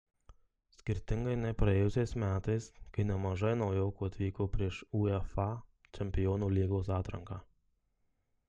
skirtingai nei praėjusiais metais kai nemažai naujokų atvyko prieš uefa čempionų lygos atranką